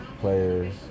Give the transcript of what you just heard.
players